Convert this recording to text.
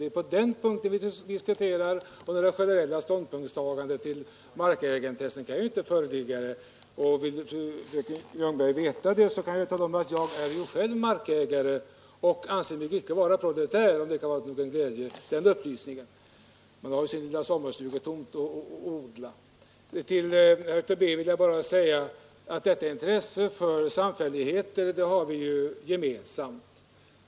Det är på den punkten vi diskuterar, och några generella ståndpunktstaganden mot markägarna kan ju inte föreligga. Jag kan ju tala om för fröken Ljungberg att jag själv är markägare och anser mig därför icke vara proletär och egendomslös — om den upplysningen kan vara till någon glädje. Man har ju sin lilla sommarstugetomt att odla. Till herr Tobé vill jag bara säga att detta intresse för samfälligheter har vi ju gemensamt.